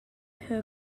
her